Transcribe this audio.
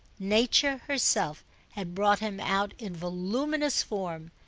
nature herself had brought him out in voluminous form,